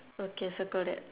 okay circle that